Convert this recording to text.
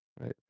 right